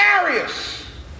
Arius